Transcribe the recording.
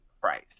price